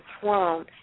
throne